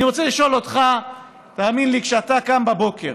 אני רוצה לשאול אותך: תאמין לי, כשאתה קם בבוקר